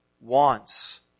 wants